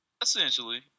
essentially